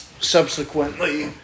subsequently